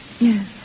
Yes